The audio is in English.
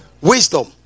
Wisdom